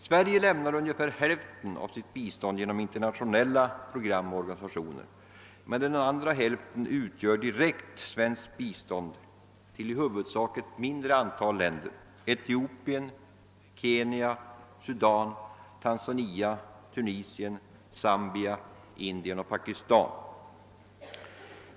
Sverige lämnar ungefär hälften av sitt bistånd genom internationella program och organisationer. Den andra hälften utgör direkt bistånd till i huvudsak ett mindre antal länder: Etiopien, Kenya, Sudan, Tanzania, Tunisien, Zambia, Indien och Pakistan.